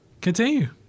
Continue